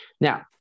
Now